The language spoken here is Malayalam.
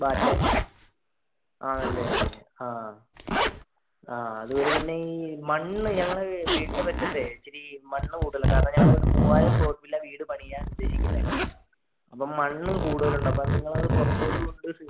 ആണല്ലേ ആ ആ ആ അത് ഒരു പിന്നെ ഈ മണ്ണു ഞങ്ങളെ വീണ്ടും വെച്ചിട്ടേ ഇച്ചിരി മണ്ണ് കൂടുതല് കാരണം ഞങ്ങളൊരു മൂവായിരം സ്ക്വയർ ഫീറ്റിലാണു വീട് പണിയാൻ ഉദ്ദേശിക്കുന്നതേ അപ്പോള് മണ്ണ് കൂടുതലുണ്ടപ്പോള് നിങ്ങള് പുറത്തോട്ട് കൊണ്ടുപോയേച്ച്